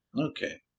Okay